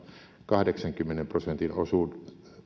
kahdeksankymmenen prosentin